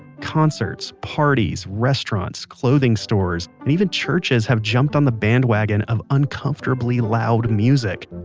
concerts, parties, restaurants, clothing stores, and even churches have jumped on the bandwagon of uncomfortably loud music.